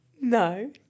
No